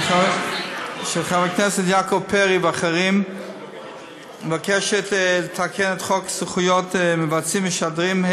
של חבר הכנסת יעקב פרי ואחרים מבקשת לתקן את חוק זכויות מבצעים ומשדרים,